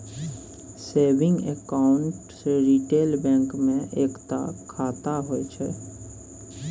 saving account retail bank मे एकता खाता होइ छै